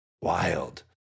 wild